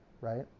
right